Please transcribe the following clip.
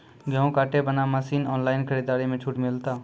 गेहूँ काटे बना मसीन ऑनलाइन खरीदारी मे छूट मिलता?